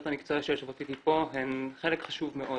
המקצוע שיושבות איתי פה הן חלק חשוב מאוד